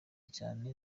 cyane